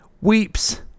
weeps